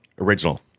original